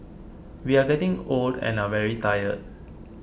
we are getting old and are very tired